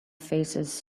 faces